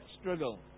struggle